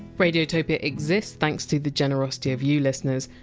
radiotopia exists thanks to the generosity of you listeners,